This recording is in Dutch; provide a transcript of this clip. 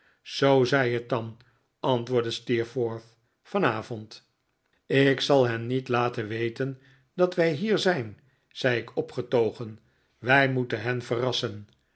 zoo zij het dan antwoordde steerforth vanavond ik zal hen niet laten weten dat wij hier zijn zei ik opgetogen wij moeten hen verrassen